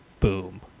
Boom